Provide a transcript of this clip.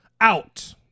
out